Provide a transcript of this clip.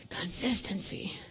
consistency